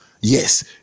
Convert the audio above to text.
Yes